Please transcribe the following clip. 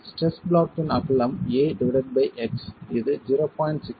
stress block இன் அகலம் a divided by x இது 0